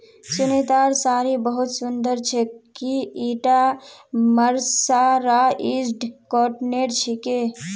सुनीतार साड़ी बहुत सुंदर छेक, की ईटा मर्सराइज्ड कॉटनेर छिके